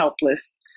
helpless